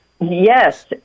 Yes